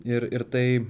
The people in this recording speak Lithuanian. ir ir tai